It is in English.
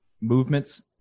movements